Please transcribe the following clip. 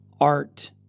art